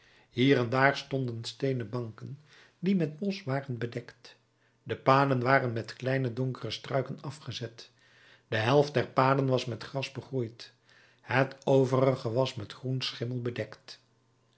hier en daar stonden steenen banken die met mos waren bedekt de paden waren met kleine donkere struiken afgezet de helft der paden was met gras begroeid het overige was met groen schimmel bedekt